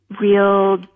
real